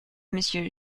monsieur